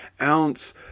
ounce